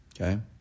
Okay